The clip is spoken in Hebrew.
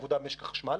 העבודה על משק החשמל.